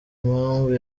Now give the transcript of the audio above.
impamvu